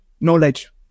knowledge